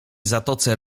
zatoce